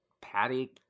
Patty